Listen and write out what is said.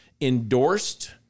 endorsed